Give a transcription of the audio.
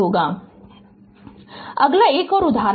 Refer slide time 1719 अगला एक और उदाहरण है